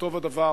וטוב הדבר,